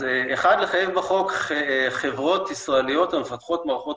אז אחד לחייב בחוק חברות ישראליות המפתחות מערכות